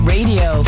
Radio